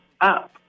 up